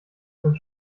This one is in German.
sind